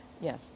Yes